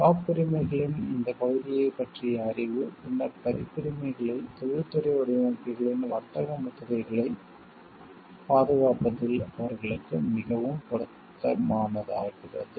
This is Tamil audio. காப்புரிமைகளின் இந்த பகுதியைப் பற்றிய அறிவு பின்னர் பதிப்புரிமைகளில் தொழில்துறை வடிவமைப்புகளின் வர்த்தக முத்திரைகளைப் பாதுகாப்பதில் அவர்களுக்கு மிகவும் பொருத்தமானதாகிறது